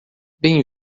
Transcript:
bem